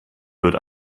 wird